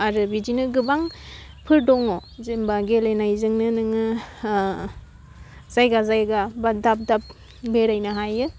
आरो बिदिनो गोबांफोर दङ जेनोबा गेलेनायजोंनो नोङो ओह जायगा जायगा बा दाब दाब बेरायनो हायो